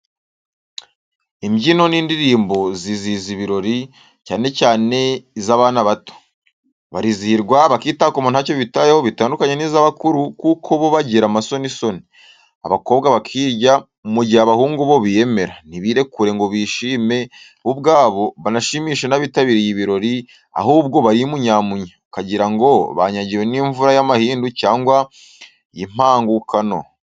Imbyino n'indirimbo zizihiza ibirori, cyane cyane iz'abana bato. Barizihirwa, bakitakuma ntacyo bitayeho, bitandukanye n'iz'abakuru kuko bo bagira amasonisoni, abakobwa bakirya mu gihe abahungu bo biyemera, ntibirekure ngo bishime bo ubwabo banashimishe n'abitabiriye ibirori, ahubwo barimunyamunya, ukagira ngo banyagiwe n'imvura y'amahindu cyangwa y'impangukano.